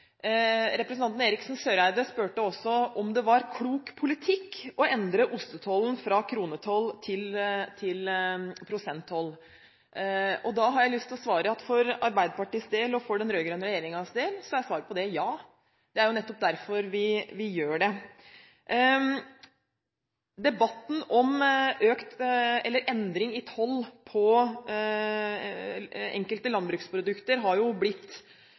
Representanten Eriksen Søreide spurte også om det var klok politikk å endre ostetollen fra kronetoll til prosenttoll. Da har jeg lyst til å svare at for Arbeiderpartiets og den rød-grønne regjeringens del, så er svaret ja. Det er jo nettopp derfor vi gjør det. Debatten om endring i toll på enkelte landbruksprodukter har jo blitt